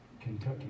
Kentucky